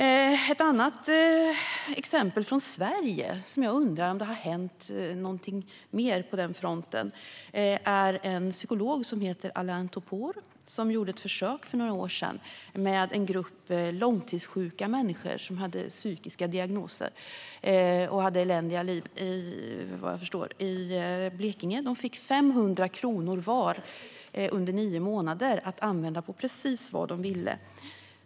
Det finns ett exempel från Blekinge - jag undrar om det har hänt någonting mer på den fronten - där en psykolog som heter Alain Topor för några år sedan gjorde ett försök med en grupp långtidssjuka människor. De hade psykiska diagnoser och, vad jag förstår, eländiga liv. Under nio månader fick de 500 kronor var i månaden att använda på precis vad de ville.